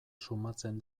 sumatzen